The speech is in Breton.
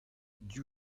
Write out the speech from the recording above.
div